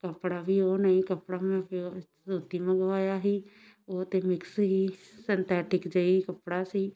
ਕੱਪੜਾ ਵੀ ਉਹ ਨਹੀਂ ਕੱਪੜਾ ਮੈਂ ਪਿਓਰ ਸੂਤੀ ਮੰਗਵਾਇਆ ਹੀ ਉਹ ਤਾਂ ਮਿਕਸ ਹੀ ਸਨਥੈਟਿਕ ਜਿਹੀ ਕੱਪੜਾ ਸੀ